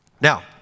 Now